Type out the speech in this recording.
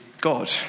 God